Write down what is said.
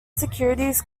securities